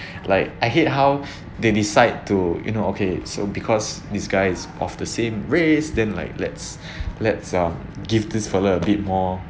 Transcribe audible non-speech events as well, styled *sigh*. like I hate how *breath* they decide to you know okay so because this guy is of the same race then like let's *breath* let's um give this fellow a bit more